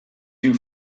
you